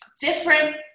different